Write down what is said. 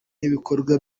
n’ibikorwa